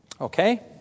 okay